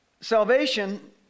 salvation